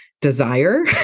desire